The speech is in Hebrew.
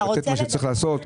זה דבר שצריך לעשות.